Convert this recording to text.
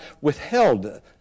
withheld